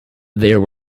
there